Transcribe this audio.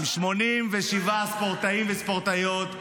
-- עם 87 ספורטאים וספורטאיות,